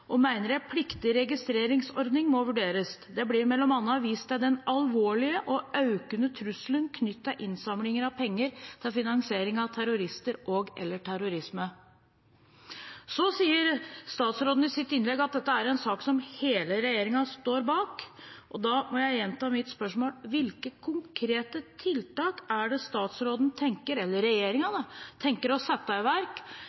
og meiner ei pliktig registreringsordning må vurderast. Det blir mellom anna vist til den alvorlege og aukande trusselen knytt til innsamling av pengar til finansiering av terroristar og/eller terrorisme.» Så sier statsråden i sitt innlegg at dette er en sak som hele regjeringen står bak. Da må jeg gjenta mitt spørsmål: Hvilke konkrete tiltak er det statsråden – eller regjeringen, da – tenker å sette i verk